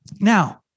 Now